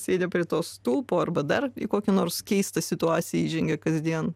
sėdi prie to stulpo arba dar į kokį nors keistą situaciją įžengia kasdien